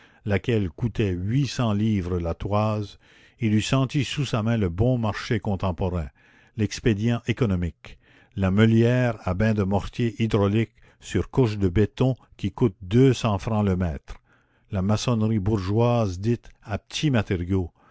laquelle coûtait huit cents livres la toise il eût senti sous sa main le bon marché contemporain l'expédient économique la meulière à bain de mortier hydraulique sur couche de béton qui coûte deux cents francs le mètre la maçonnerie bourgeoise dite à petits matériaux